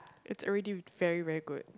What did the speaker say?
it's already with very very good